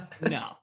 No